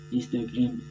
Instagram